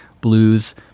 blues